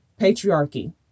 Patriarchy